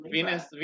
Venus